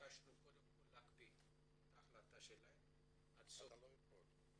שביקשנו קודם כל להקפיא את ההחלטה שלהם --- אתה לא יכול.